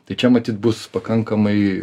tai čia matyt bus pakankamai